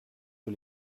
que